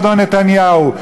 אדון נתניהו.